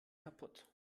kapput